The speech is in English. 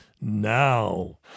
now